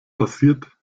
passiert